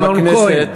גם הכנסת,